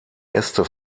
äste